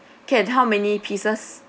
can how many pieces